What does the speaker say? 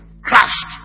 crashed